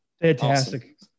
Fantastic